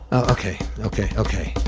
ah okay. okay, okay.